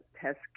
test